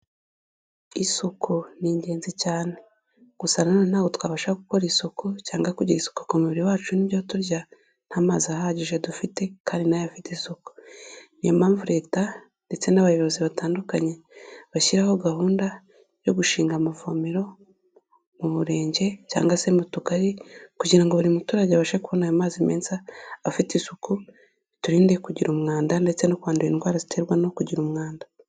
Isuku ni ingenzi cyane. Gusa nanone ntabwo twabasha gukora isuku cyangwa kugira isuku ku mubiri wacu n'i n'ibyo turya nta mazi ahagije dufite kandi nayo afite isuku. Ni mpamvu leta ndetse n'abayobozi batandukanye, bashyiraho gahunda yo gushinga amavomero mu Murenge cyangwa se mu Tugari kugirango ngo buri muturage abashe kubona ayo mazi meza afite isuku, biturinde kugira umwanda ndetse no kwandura indwara ziterwa no kugira umwanda.